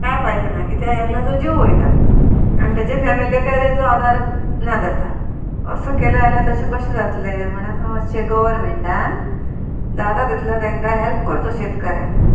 कांय फायदो ना कित्याक एकल्याचो जीव वयता आनी तेजे फॅमिलीकय तेचो आदार ना जाता असो केलें जाल्यार तशें कशें जातलें म्हणोन अशें गव्हर्मेंटान जाता तितलो तेंकां हेल्प करचो शेतकऱ्यांक